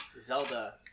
Zelda